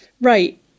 right